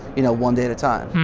you know, one day at a time?